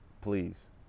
please